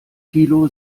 thilo